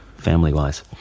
family-wise